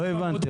לא הבנתי.